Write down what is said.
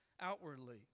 outwardly